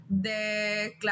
de